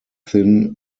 thin